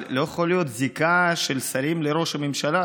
אבל לא יכולה להיות זיקה של שרים לראש הממשלה.